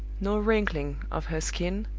no wrinkling of her skin,